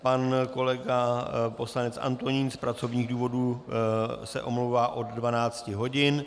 Pan kolega poslanec Antonín se z pracovních důvodů se omlouvá od 12 hodin.